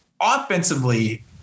Offensively